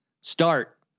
start